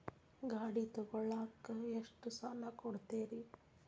ಗಾಡಿ ತಗೋಳಾಕ್ ಎಷ್ಟ ಸಾಲ ಕೊಡ್ತೇರಿ?